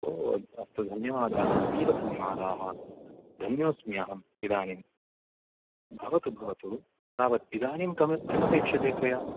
ओ अस्तु धन्यवादाः अतीव धन्यवादाः धन्योस्मि अहम् इदानीं भवतु भवतु तावत् इदानीं कम किमपेक्षते त्वया